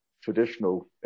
traditional